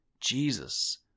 Jesus